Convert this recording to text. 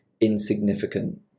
insignificant